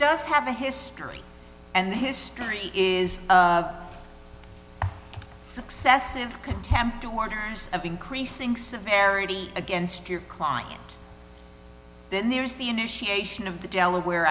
does have a history and the history is successive contempt orders of increasing severity against your client then there's the initiation of the delaware